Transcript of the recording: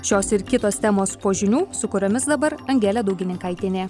šios ir kitos temos po žinių su kuriomis dabar angelė daugininkaitienė